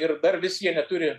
ir dar visi jie neturi